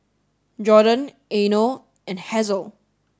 Jordon Eino and Hazle